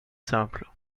simple